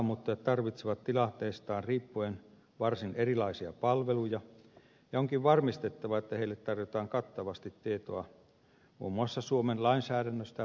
maahanmuuttajat tarvitsevat tilanteestaan riippuen varsin erilaisia palveluja ja onkin varmistettava että heille tarjotaan kattavasti tietoa muun muassa suomen lainsäädännöstä ja palvelujärjestelmistä